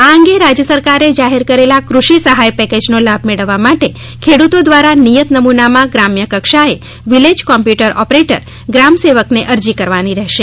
આ અંગે રાજ્ય સરકારે જાહેર કરેલા કૃષિ સહાય પેકેજનો લાભ મેળવવા માટે ખેડૂતો દ્વારા નિયત નમૂનામાં ગ્રામ્ય કક્ષાએ વિલેજ કોમ્પ્યુટર ઓપરેટરગ્રામસેવકને અરજી કરવાની રહેશે